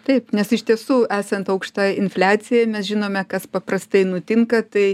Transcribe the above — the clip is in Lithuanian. taip nes iš tiesų esant aukštai infliacijai mes žinome kas paprastai nutinka tai